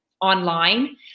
online